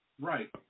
Right